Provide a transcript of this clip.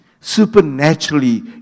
supernaturally